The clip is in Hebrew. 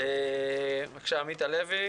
חבר הכנסת עמית הלוי,